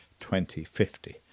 2050